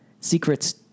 secrets